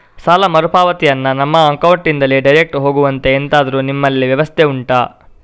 ಸಾಲ ಮರುಪಾವತಿಯನ್ನು ನಮ್ಮ ಅಕೌಂಟ್ ನಿಂದಲೇ ಡೈರೆಕ್ಟ್ ಹೋಗುವಂತೆ ಎಂತಾದರು ನಿಮ್ಮಲ್ಲಿ ವ್ಯವಸ್ಥೆ ಉಂಟಾ